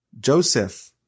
Joseph